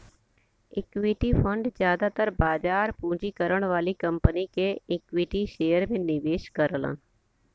equity fund जादातर बाजार पूंजीकरण वाली कंपनी के इक्विटी शेयर में निवेश करलन